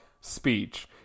speech